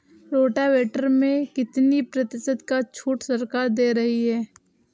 Rotavator में कितनी प्रतिशत का छूट सरकार दे रही है?